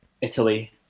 Italy